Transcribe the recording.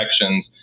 infections